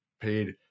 paid